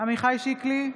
עמיחי שיקלי,